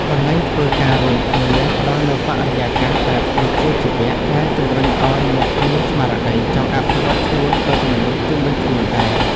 កន្លែងធ្វើការរួមគ្នា ផ្ដល់នូវបរិយាកាសបែបវិជ្ជាជីវៈ ដែលជំរុញឱ្យអ្នកមានស្មារតីចង់អភិវឌ្ឍខ្លួនដូចមនុស្សជុំវិញខ្លួនដែរ។